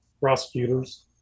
prosecutors